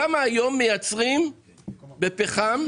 כמה מייצרים היום חשמל בפחם?